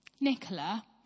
Nicola